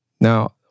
Now